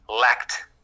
lacked